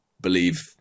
believe